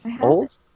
old